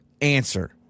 answer